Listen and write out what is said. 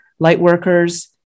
lightworkers